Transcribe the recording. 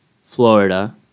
Florida